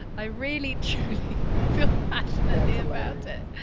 i really feel passionately about it.